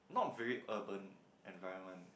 not very urban environment